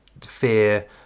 fear